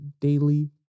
daily